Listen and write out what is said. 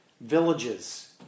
villages